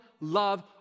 love